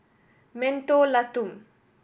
Mentholatum